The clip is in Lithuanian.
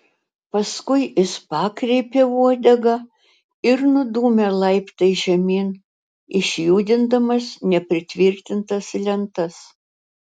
paskui jis pakreipė uodegą ir nudūmė laiptais žemyn išjudindamas nepritvirtintas lentas